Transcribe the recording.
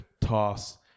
toss